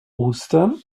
ostern